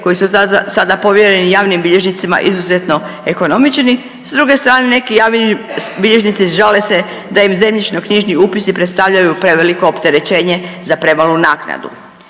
koji su sada povjereni javni bilježnicima izuzetno ekonomični. S druge strane neki javni bilježnici žale se da im zemljišno-knjižni upisi predstavljaju preveliko opterećenje za premalu naknadu.